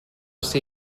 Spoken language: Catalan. ser